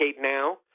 now